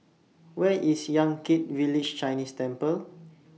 Where IS Yan Kit Village Chinese Temple